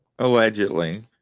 Allegedly